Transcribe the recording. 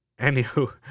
Anywho